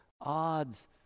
odds